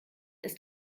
ist